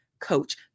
coach